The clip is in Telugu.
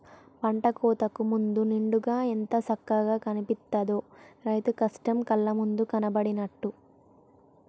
పంట కోతకు ముందు నిండుగా ఎంత సక్కగా కనిపిత్తదో, రైతు కష్టం కళ్ళ ముందు కనబడినట్టు